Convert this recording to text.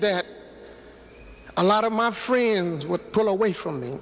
that a lot of my friends would pull away from